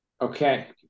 okay